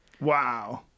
Wow